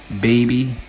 Baby